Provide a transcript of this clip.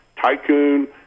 tycoon